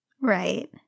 Right